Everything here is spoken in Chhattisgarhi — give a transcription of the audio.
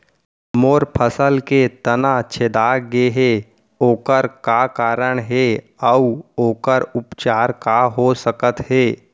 मोर फसल के तना छेदा गेहे ओखर का कारण हे अऊ ओखर उपचार का हो सकत हे?